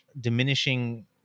diminishing